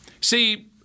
See